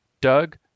Doug